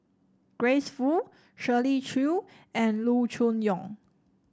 Grace Fu Shirley Chew and Loo Choon Yong